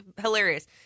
hilarious